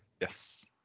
yes